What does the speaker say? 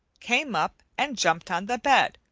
came up and jumped on the bed,